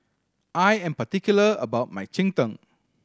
I am particular about my cheng tng